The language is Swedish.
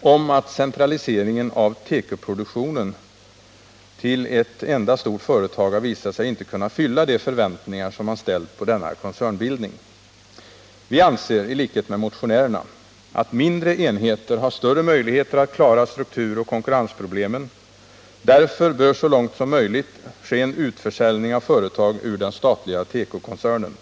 om att centraliseringen av tekoproduktionen till ett enda stort företag har visat sig inte kunna fylla de förväntningar som man ställt på denna koncernbildning. Vi anser, i likhet med motionärerna, att mindre enheter har större möjligheter att klara strukturoch konkurrensproblemen. Därför bör så långt som möjligt ske en utförsäljning av företag ur den statliga tekokoncernen.